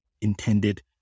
intended